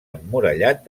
emmurallat